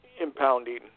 impounding